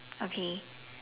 okay